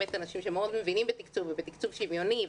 שאלה באמת אנשים שמאוד מבינים בתקצוב ובתקצוב שוויוני,